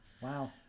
wow